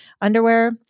Underwear